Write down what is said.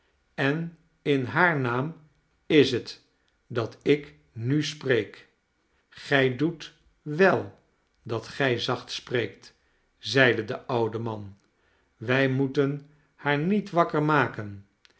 en in haar naam is het dat ik nu spreek gij doet wel dat gij zacht spreekt zeide de oude man wij moeten haar niet wakker maken